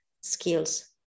skills